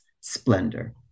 splendor